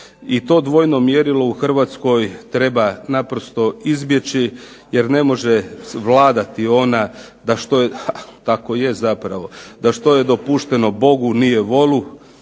I to dvojno mjerilo u Hrvatskoj treba naprosto izbjeći jer ne može vladati ona da što je dopušteno Bogu nije volu,